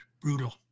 brutal